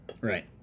Right